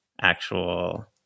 actual